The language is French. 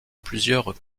plusieurs